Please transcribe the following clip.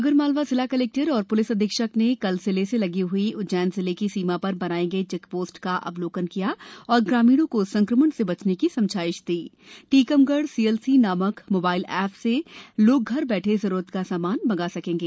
आगरमालवा जिला कलेक्टर और पुलिस अधीक्षक ने कल जिले से लगी हुई उज्जैन जिले की सीमा पर बनाई गई चेक पोस्ट का अवलोकन किया तथा ग्रामीणों को संक्रमण से बचने की समझाइश टीकमगढ सीएलसी नामक मोबाइल एप से लोग घर बैठे जरूरत का सामान मंगा सकेगे